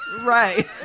right